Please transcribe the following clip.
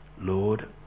Lord